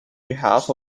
behalf